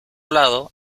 lado